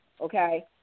Okay